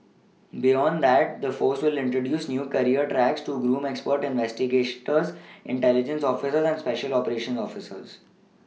beyond that the force will introduce new career tracks to groom expert that investigators intelligence officers and special operations officers